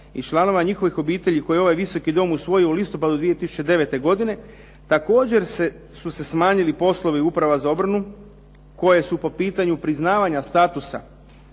i članova njihovih obitelji koji je ovaj Visoki dom usvojio u listopadu 2009. godine također su se smanjili poslovi uprava za obranu koje su po pitanju priznavanja statusa